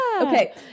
okay